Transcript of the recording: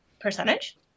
percentage